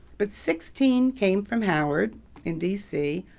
but sixteen came from howard in d c.